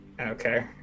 Okay